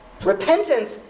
Repentance